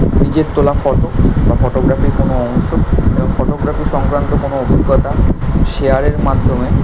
নিজের তোলা ফটো বা ফটোগ্রাফির কোনো অংশ বা ফটোগ্রাফি সংক্রান্ত কোনো অভিজ্ঞতা শেয়ারের মাধ্যমে